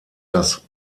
das